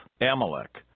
Amalek